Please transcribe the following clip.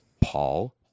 Paul